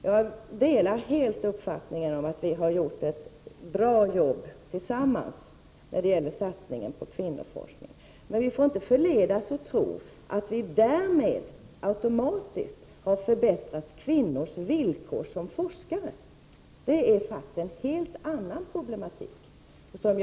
Jag delar helt uppfattningen att vi i utskottet tillsammans gjort ett bra arbete när det gäller satsningen på kvinnoforskningen. Men vi får inte förledas att tro att vi därmed automatiskt har förbättrat kvinnors villkor som forskare. Det är faktiskt en helt annan problematik.